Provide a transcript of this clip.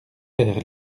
père